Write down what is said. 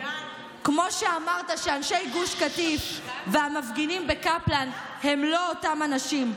כמו שאמרת שאנשי גוש קטיף והמפגינים בקפלן הם לא אותם אנשים.